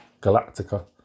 Galactica